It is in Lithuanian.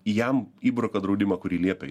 jam įbruka draudimą kurį liepė